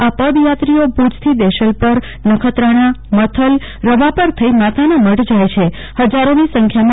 આ પદયાત્રઔભુજથી દેશલપર નખત્રાણા મથલ રવાપર થઇ માતાના મઢ જાય છે હજારોની સંખ્યામાં